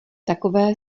takové